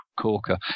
Corker